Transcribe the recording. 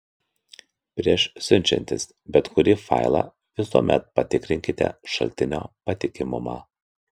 prieš siunčiantis bet kurį failą visuomet patikrinkite šaltinio patikimumą